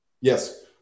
Yes